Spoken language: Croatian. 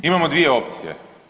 Imamo dvije opcije.